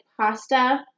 pasta